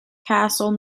castle